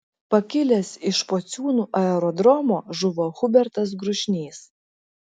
pakilęs iš pociūnų aerodromo žuvo hubertas grušnys